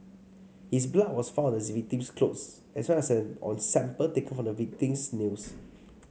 his blood was found on the victim's clothes as well as on sample taken from the victim's nails